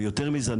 ויותר מזה,